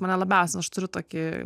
mane labiausiai aš turiu tokį